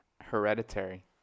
Hereditary